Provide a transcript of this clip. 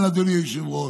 אבל אדוני היושב-ראש,